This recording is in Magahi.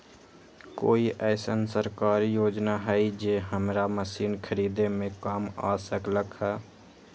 कोइ अईसन सरकारी योजना हई जे हमरा मशीन खरीदे में काम आ सकलक ह?